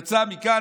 הוא יצא מכאן,